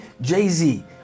Jay-Z